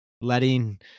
letting